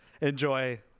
enjoy